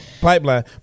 Pipeline